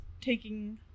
taking